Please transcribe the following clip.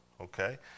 okay